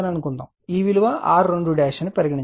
ఈ విలువ R2 అని పరిగణించండి